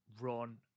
run